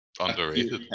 underrated